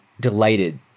delighted